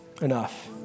enough